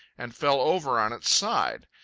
and fell over on its side.